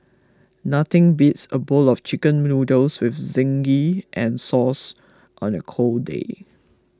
nothing beats a bowl of Chicken Noodles with zingy and sauce on a cold day